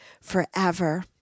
forever